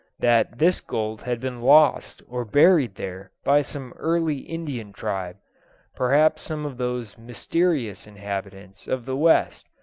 that this gold had been lost or buried there by some early indian tribe perhaps some of those mysterious inhabitants of the west,